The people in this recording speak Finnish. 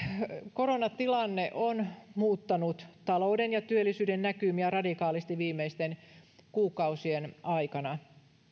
koronatilanne on muuttanut talouden ja työllisyyden näkymiä radikaalisti viimeisten kuukausien aikana